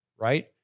right